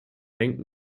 hängt